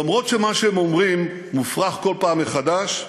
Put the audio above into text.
אף שמה שהם אומרים מופרך כל פעם מחדש,